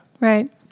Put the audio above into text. Right